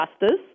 justice